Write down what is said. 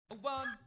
One